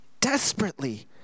Desperately